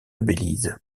belize